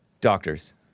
Doctors